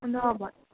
अन्त अब